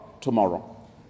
tomorrow